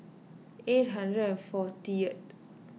eight hundred and forty